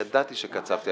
ידעתי שקצבתי,